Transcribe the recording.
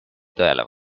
tõele